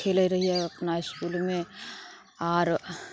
खेलै रहियै अपना इसकुलमे आर